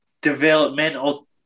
developmental